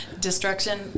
Destruction